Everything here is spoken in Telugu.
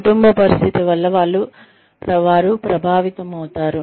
కుటుంబ పరిస్థితి వల్ల వారు ప్రభావితమవుతారు